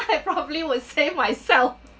I probably would save myself